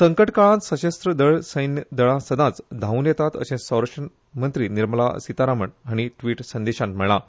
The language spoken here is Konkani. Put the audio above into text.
संकट काळांत सशस्र सैन्य दळां सदांच धांवून येतात अशें संरक्षण मंत्री निर्मला सितारामण हांणी ट्रीट संदेशांत म्हणलां